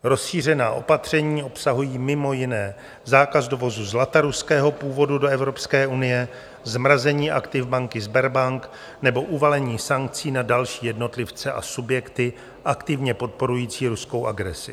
Rozšířená opatření obsahují mimo jiné zákaz dovozu zlata ruského původu do Evropské unie, zmrazení aktiv banky Sberbank nebo uvalení sankcí na další jednotlivce a subjekty aktivně podporující ruskou agresi.